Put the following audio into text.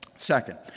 second,